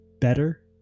better